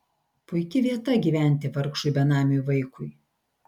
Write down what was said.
puiki vieta gyventi vargšui benamiui vaikui